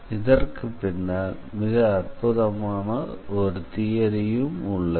இதற்கு பின்னால் மிக அற்புதமான ஒரு தியரி ஒன்றும் உள்ளது